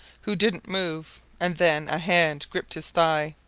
who didnt move and then a hand gripped his thigh.